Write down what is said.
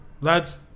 lads